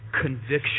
conviction